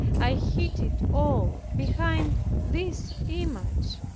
i hid it all behind this image.